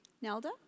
Nelda